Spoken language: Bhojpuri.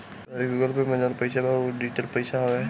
तोहरी गूगल पे में जवन पईसा बा उ डिजिटल पईसा हवे